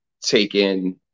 taken